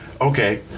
okay